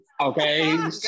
Okay